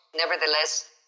Nevertheless